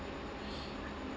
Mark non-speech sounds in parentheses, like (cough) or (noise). (breath)